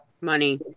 money